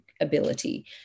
ability